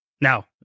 Now